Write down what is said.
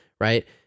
right